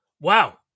Wow